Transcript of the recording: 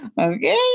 Okay